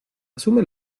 asume